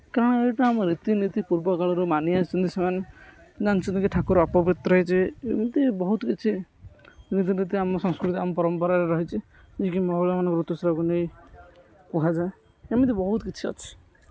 କାରଣ ଏଇଟା ଆମ ରୀତିନୀତି ପୂର୍ବ କାଳରୁ ମାନିଆସିଛନ୍ତି ସେମାନେ ଜାଣିଛନ୍ତି କି ଠାକୁର ଅପବ୍ରିତ ହୋଇଯିବେ ଏମିତି ବହୁତ କିଛି ରୀତିନୀତି ଆମ ସଂସ୍କୃତି ଆମ ପରମ୍ପରାରେ ରହିଛି ଯାହାକି ମହିଳାମାନଙ୍କୁ ଋତୁସ୍ରାବକୁ ନେଇ କୁହାଯାଏ ଏମିତି ବହୁତ କିଛି ଅଛି